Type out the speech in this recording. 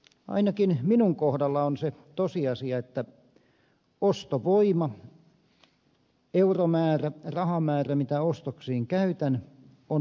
ainakin minun kohdallani on se tosiasia että ostovoima euromäärä rahamäärä mitä ostoksiin käytän on vakio